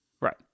Right